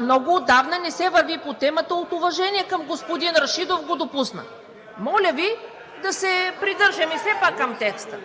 Много отдавна не се върви по темата. От уважение към господин Рашидов до допуснах. Моля Ви да се придържаме все пак към текста.